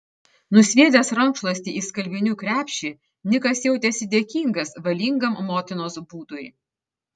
nusviedęs rankšluostį į skalbinių krepšį nikas jautėsi dėkingas valingam motinos būdui